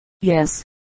yes